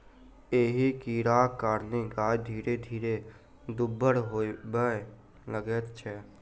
एहि कीड़ाक कारणेँ गाय धीरे धीरे दुब्बर होबय लगैत छै